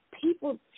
People